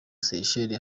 seychelles